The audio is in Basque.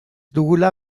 dugula